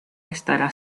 estará